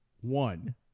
one